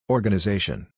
Organization